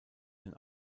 den